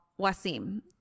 Wasim